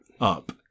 up